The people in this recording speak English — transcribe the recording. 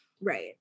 Right